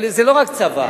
זה לא רק צוואה.